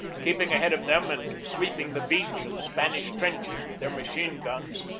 keeping ahead of them and sweeping the beach and spanish trenches with their machine guns,